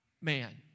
Man